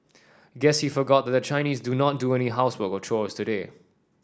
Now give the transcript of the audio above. guess he forgot that the Chinese do not do any housework or chores today